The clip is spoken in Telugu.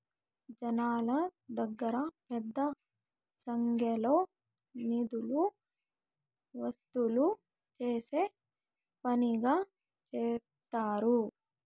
జనాల దగ్గర పెద్ద సంఖ్యలో నిధులు వసూలు చేసే పనిగా సెప్తారు